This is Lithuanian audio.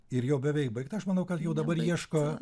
ir jau beveik baigta aš manau kad jau dabar ieško